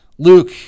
Luke